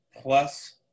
plus